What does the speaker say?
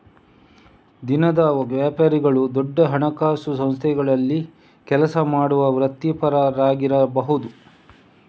ದಿನದ ವ್ಯಾಪಾರಿಗಳು ದೊಡ್ಡ ಹಣಕಾಸು ಸಂಸ್ಥೆಗಳಲ್ಲಿ ಕೆಲಸ ಮಾಡುವ ವೃತ್ತಿಪರರಾಗಿರಬಹುದು